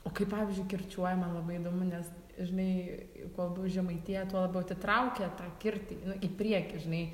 o kai pavyzdžiui kirčiuoja man labai įdomu nes žinai kuo labiau žemaitija tuo labiau atitraukia kirtį į priekį žinai